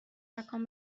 مکان